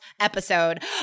episode